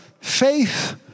faith